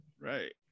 Right